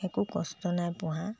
একো কষ্ট নাই পুহা